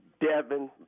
Devin